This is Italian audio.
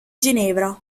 ginevra